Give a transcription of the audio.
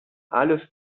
alle